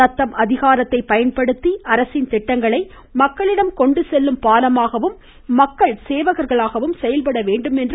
தத்தம் அதிகாரத்தைப் பயன்படுத்தி அரசின் திட்டங்களை மக்களிடம் கொண்டு செல்லும் பாலமாகவும் மக்கள் சேவகர்களாகவும் செயல்பட வேண்டும் என்றார்